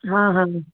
हा हा